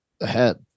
ahead